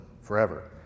forever